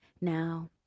Now